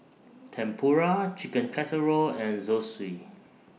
Tempura Chicken Casserole and Zosui